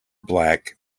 black